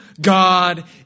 God